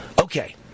Okay